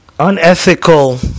unethical